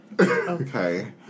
Okay